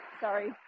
sorry